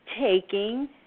taking